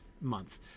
month